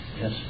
Yes